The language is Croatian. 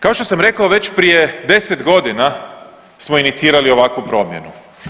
Kao što sam rekao već prije 10 godina smo inicirali ovakvu promjenu.